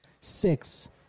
Six